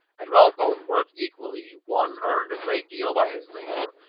and while both worked equally, one earned a great deal by his labour,